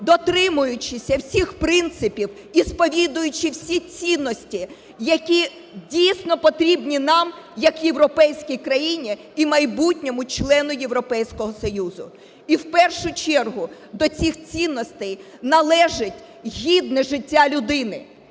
дотримуючись всіх принципів і сповідуючи всі цінності, які дійсно потрібні нам як європейській країні і майбутньому члену Європейського Союзу. І, в першу чергу, до цих цінностей належить гідне життя людини.